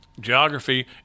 geography